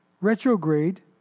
retrograde